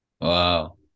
Wow